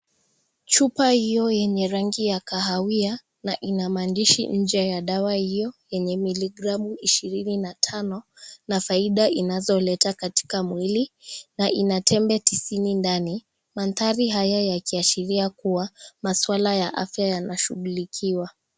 Chupa iyo yenye rangi ya kahawia na ina maandishi nje ya dawa iyo yenye miligramu ishirini na tano na faida inazoleta katika mwili na ina tembe tisini ndani, manthari haya yakiashiria kuwa maswala ya afya yanashugulikiwa.